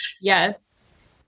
Yes